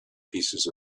pieces